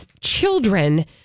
children